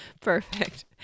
Perfect